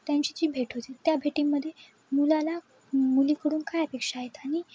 त्यांची जी भेट होती त्या भेटीमध्ये मुलाला मुलीकडून काय अपेक्षा आहेत आणि